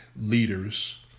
leaders